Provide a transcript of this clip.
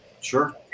Sure